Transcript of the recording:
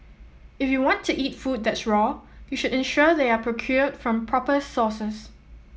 if you want to eat food that's raw you should ensure they are procured from proper sources